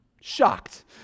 shocked